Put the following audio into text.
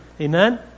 Amen